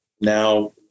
now